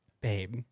babe